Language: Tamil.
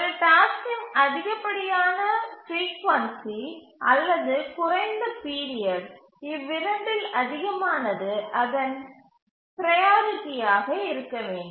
ஒரு டாஸ்க்கின் அதிகப்படியான பிரீகொன்சி அல்லது குறைந்த பீரியட் இவ்விரண்டில் அதிகமானது அதன் ப்ரையாரிட்டியாக இருக்க வேண்டும்